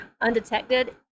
undetected